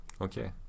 Okay